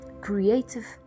creative